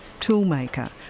toolmaker